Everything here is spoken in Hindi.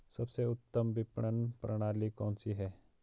सबसे उत्तम विपणन प्रणाली कौन सी है?